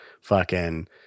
fucking-